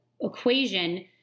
equation